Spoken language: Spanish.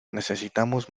necesitamos